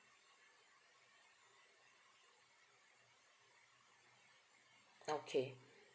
okay